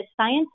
science